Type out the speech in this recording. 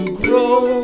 grow